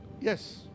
Yes